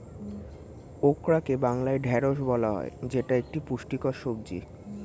ওকরাকে বাংলায় ঢ্যাঁড়স বলা হয় যেটা একটি পুষ্টিকর সবজি